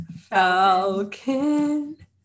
Falcon